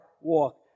walk